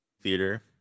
theater